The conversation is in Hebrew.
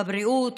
בבריאות,